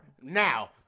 Now